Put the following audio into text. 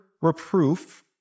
reproof